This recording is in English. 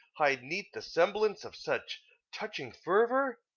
hide neath the semblance of such touching fervour?